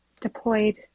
deployed